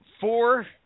four